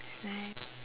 that's nice